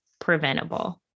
preventable